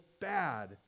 bad